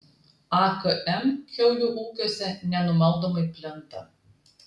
akm kiaulių ūkiuose nenumaldomai plinta